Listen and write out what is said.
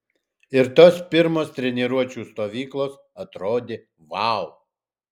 ir tos pirmos treniruočių stovyklos atrodė vau